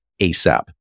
ASAP